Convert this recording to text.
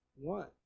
one